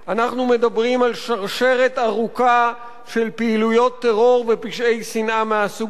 אנחנו מדברים על שרשרת ארוכה של פעילויות טרור ופשעי שנאה מסוג הזה.